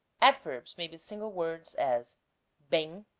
adverbs may be single words as bem,